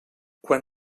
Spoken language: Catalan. quan